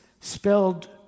spelled